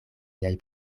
miaj